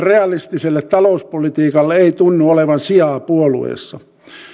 realistiselle talouspolitiikalle ei tunnu olevan sijaa puolueessa